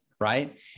right